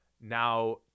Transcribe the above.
now